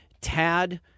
Tad